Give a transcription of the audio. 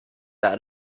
out